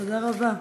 תודה רבה.